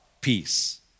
peace